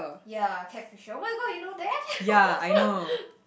ya cat fisher my god you know that